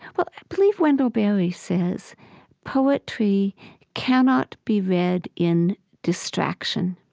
well, i believe wendell berry says poetry cannot be read in distraction.